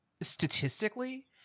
statistically